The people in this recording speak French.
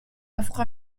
afro